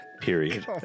Period